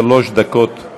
שלוש דקות,